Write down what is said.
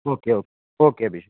okay okay okay Abhishek